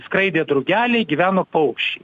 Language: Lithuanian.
skraidė drugeliai gyvena paukščiai